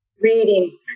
Reading